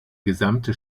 gesamte